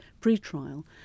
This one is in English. pre-trial